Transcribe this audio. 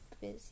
busy